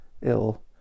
ill